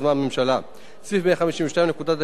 סעיף 152 לפקודת העיריות קובע תנאים אשר